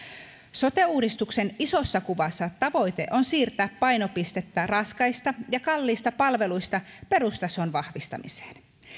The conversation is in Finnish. sote uudistuksen isossa kuvassa tavoite on siirtää painopistettä raskaista ja kalliista palveluista perustason vahvistamiseen